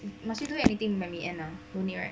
must we do anything in the end ah